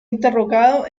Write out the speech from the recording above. interrogado